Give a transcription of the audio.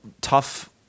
tough